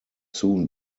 soon